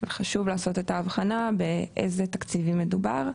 חשוב לעשות את ההבחנה באיזה תקציבים מדובר?